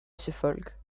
suffolk